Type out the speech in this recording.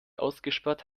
ausgesperrt